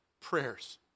prayers